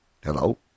Hello